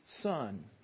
son